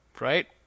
Right